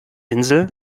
insel